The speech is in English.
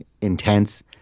intense